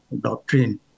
doctrine